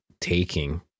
taking